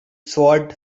sword